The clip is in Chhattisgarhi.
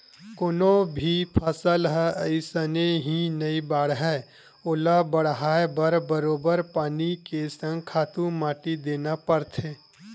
कोनो भी फसल ह अइसने ही नइ बाड़हय ओला बड़हाय बर बरोबर पानी के संग खातू माटी देना परथे